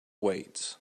weights